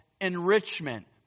enrichment